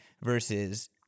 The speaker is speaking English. versus